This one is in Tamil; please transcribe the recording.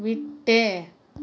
விட்டு